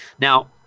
Now